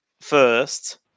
first